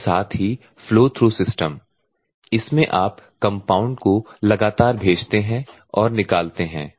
इसके साथ ही फ्लो थ्रू सिस्टम इसमें आप कम्पाउन्ड को लगातार भेजते हैं और निकालते हैं